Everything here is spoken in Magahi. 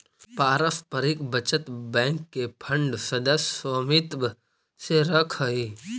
पारस्परिक बचत बैंक के फंड सदस्य समित्व से रखऽ हइ